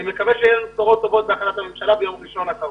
אני מקווה שיהיו בשורות טובות בהחלטת הממשלה ביום ראשון הקרוב.